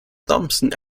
thompson